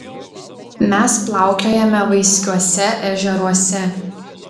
mes plaukiojame vaiskiuose ežeruose